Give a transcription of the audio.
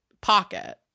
pocket